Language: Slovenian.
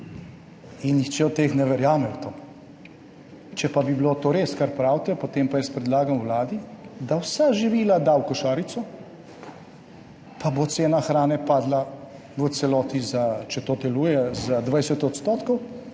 in nihče od teh ne verjame v to. Če pa bi bilo to res, kar pravite, potem pa predlagam Vladi, da vsa živila da v košarico pa bo cena hrane padla, če to deluje, v celoti